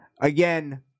again